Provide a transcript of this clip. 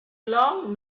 long